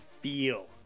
feel